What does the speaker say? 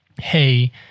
hey